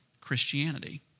Christianity